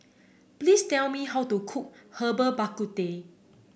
please tell me how to cook Herbal Bak Ku Teh